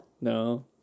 no